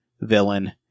villain